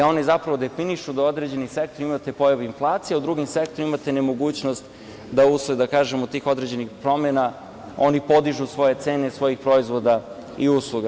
Oni zapravo definišu da u određenim sektorima imate pojavu inflacije, a u drugim sektorima imate nemogućnost da usled, da kažemo, tih određenih promena, oni podižu svoje cene svojih proizvoda i usluga.